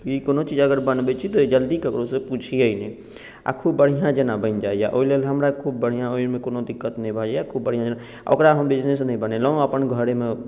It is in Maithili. कि कोनो चीज अगर बनबै छी तऽ जल्दी ककरोसँ पुछियै नहि आ खूब बढ़िऑं जेना बनि जाइया ओहि लेल हमरा खूब बढ़िऑं ओहिमे कोनो दिक्कत नहि होइया खूब बढ़िऑं जेना आ ओकरा हम बिजनेस नहि बनेलहुॅं अपन घरेमे